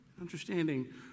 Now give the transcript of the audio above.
Understanding